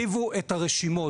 תרחיבו את הרשימות,